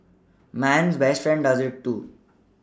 man's best friend does it too